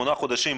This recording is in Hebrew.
שמונה חודשים,